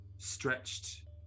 stretched